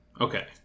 okay